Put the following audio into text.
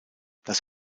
das